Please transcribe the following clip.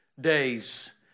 days